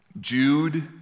Jude